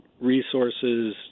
resources